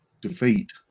defeat